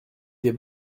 des